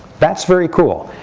that's very cool.